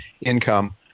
income